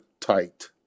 tight